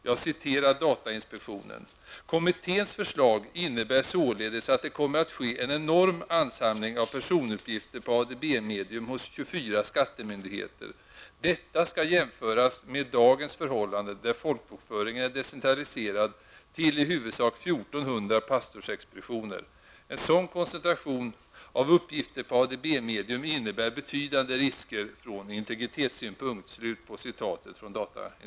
Jag citerar datainspektionen: ''Kommitténs förslag innebär således att det kommer att ske en enorm ansamling av personuppgifter på ADB-medium hos 24 skattemyndigheter. Detta skall jämföras med dagens förhållande, där folkbokföringen är decentraliserad till i huvudsak 1 400 pastorsexpeditioner. En sådan koncentration av uppgifter på ADB-medium innebär betydande risker från integritetssynpunkt.''